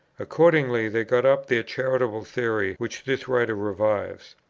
accordingly they got up the charitable theory which this writer revives.